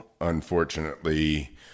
Unfortunately